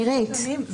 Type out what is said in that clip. נירית.